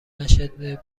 نشده